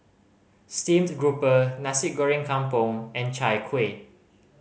steamed grouper Nasi Goreng Kampung and Chai Kuih